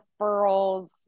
referrals